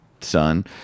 son